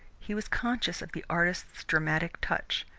he was conscious of the artist's dramatic touch.